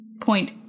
point